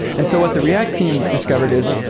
and so what the react team discovered is,